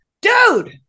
dude